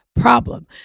problem